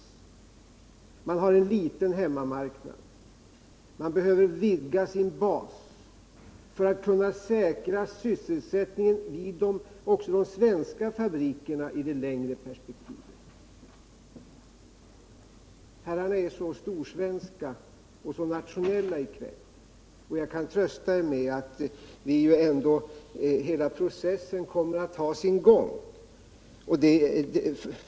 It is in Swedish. Företaget har en liten hemmamarknad och behöver vidga sin bas för att kunna säkra sysselsättningen också i de svenska fabrikerna i ett längre perspektiv. Herrarna är så storsvenska och nationella i kväll. Jag kan trösta er med att hela processen kommer att ha sin gång.